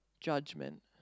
Judgment